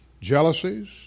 jealousies